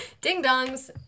Ding-dongs